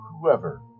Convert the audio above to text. whoever